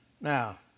Now